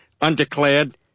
Undeclared